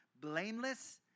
blameless